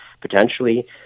potentially